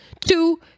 Two